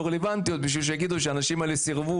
רלוונטיות בשביל שיגידו שהאנשים האלה סירבו,